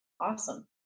awesome